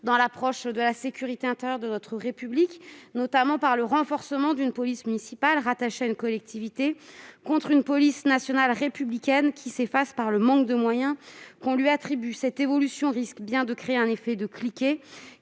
dans l'approche de la sécurité intérieure de notre République, notamment par le renforcement d'une police municipale rattachée à une collectivité contre une police nationale républicaine qui s'efface du fait du manque de moyens qu'on lui attribue. Cette évolution risque bien de créer un effet de cliquet